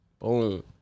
Boom